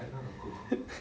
yup